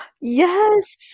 Yes